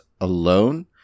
alone